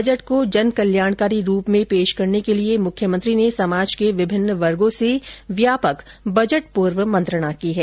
budget को जन कल्याणकारी रूप में पेश करने के लिए मुख्यमंत्री ने समाज के विभिन्न वर्गो से व्यापक बजट पूर्व मंत्रणा की है